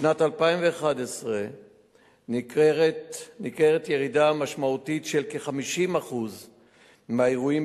בשנת 2011 ניכרה ירידה משמעותית של כ-50% באירועים